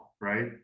right